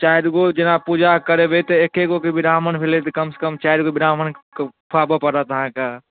चारिगो जेना पूजा करेबै तऽ एगो के ब्राह्मण भेलै तऽ कमसँ कम चारि गो ब्राह्मण खुआबऽ पड़त अहाँके